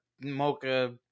mocha